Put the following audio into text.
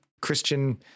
Christian